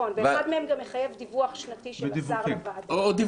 ואחד מהם גם מחייב דיווח שנתי של השר לוועדה.